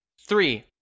Three